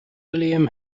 william